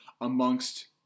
amongst